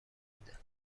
بوده